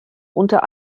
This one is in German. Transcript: unter